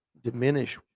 diminish